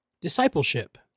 discipleship